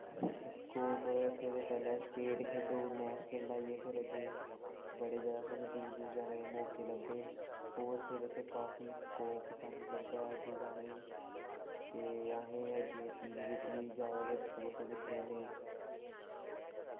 scope ते पैह्लै state खेढो नैशनल लाइयै फिर अग्गै बड़े जैदा सानूं दूर दूर जाने दे मौके लभदे स्पोट्स दे बिच्च काफी स्कोप सानूं लभदा ऐ अग्गें जाने गी ते असें अग्गें टी वी बिच्च बी जैदा गै स्पोट्स दिक्खने होन्ने